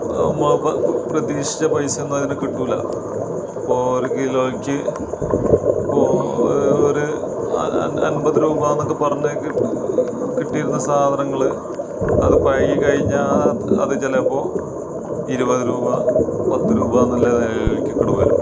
മ പ പ്രതീക്ഷിച്ച പൈസ ഒന്നും അങ്ങനെ കിട്ടൂല ഇപ്പോൾ ഒരു കിലോയ്ക്ക് ഇപ്പോൾ ഒരു അ അൻ അൻപത് രൂപാന്നൊക്കെ പറഞ്ഞാൽ കിട്ട് കിട്ടിയിരുന്ന സാധനങ്ങൾ അത് കൈ കഴിഞ്ഞു അത് ചിലപ്പോൾ ഇരുപത് രൂപ പത്ത് രൂപന്നുള്ള നിലയിലെക്ക് അങ്ങട് വരും